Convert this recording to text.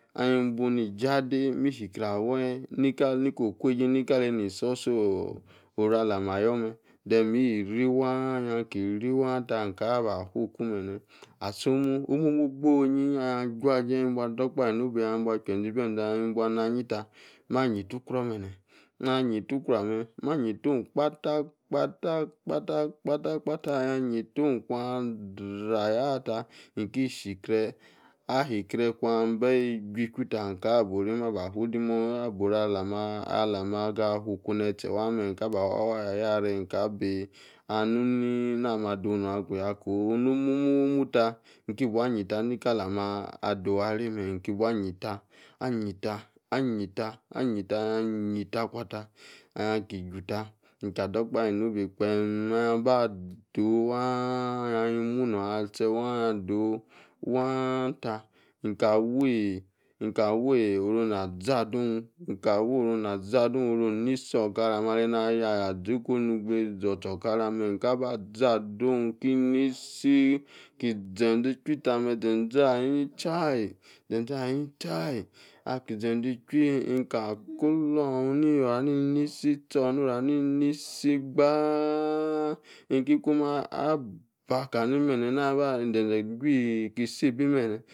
Ahi bu ni-jah dei. mi-shikreh awii nika. niko-kwei-jei nika-leini sor-sor!! oru-alama ayor-meh. then mi-ri wah ahia-ki-ri wah tah. nkaba fuku. menneh asomu. omu-ogbonyi ahia. juajei. ahia dor-ojpahe nobe ahia. bua chquaze-ibi-zeh. chin-bua nah anyi-tah. mah-nyeitu-kruor benneh. ahia nyeital-kruor ah-meh. mah-nyeito kpata-kpata. kpata-kpata kpata ahia nyeito kuan-drah-ayah tah. inki-shikreh. ahi-kreh kuan. bi-chui-ju-tah. anka-bo reim abafu dimor-aboru alama. alama-ga fuku neh tse wah meh inka ba fu abi arrange. inkabi ahn-hia nuni. namah do‘h nun agugah. kow-noh momoo-mu tah. inkabua nyeita nikalama adowu-arei-meh. inka bua nyeitah nyeitah. nyeitah. nyeitah. ahia nyeitah kua-tah. ahia-ki chwu-tah. inka dor-okpahe-e-nobe. kpeem ahia-ki chwu-tah. inka dor-okpahe-e-nobe. kpeem ahia bah-do'h waah. ahin munor ah-tche waah ado'h. waah tah. inka-wuii. inka wuii. inka wuii orona zadun inka woranah aza dun. oronsi okara-ah-meh inkaba za-dun. ki-nisi. ki-zen-zen e-chwui tah meh. zen-zen ahanini chaaah ei!! Zen-zen ahini chaịi!!!. akizen-zen e-chwuii. inka klorni ni wuana inisi tchor. no-rana. insi gbạh. inki kwom ah-baka ni meneh naba-zen-zen chuui kisi bi benneh